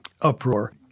uproar